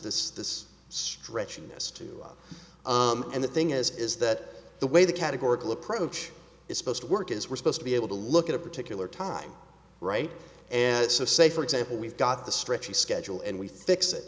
this this stretching this to us and the thing is is that the way the categorical approach is supposed to work is we're supposed to be able to look at a particular time right and it's a say for example we've got the stretchy schedule and we fix it